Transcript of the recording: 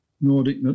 Nordic